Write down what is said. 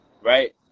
right